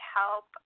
help